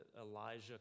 Elijah